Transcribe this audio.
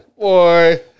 Boy